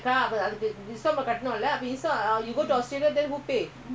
அதெல்லாம்:athellam teenage